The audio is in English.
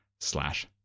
Slash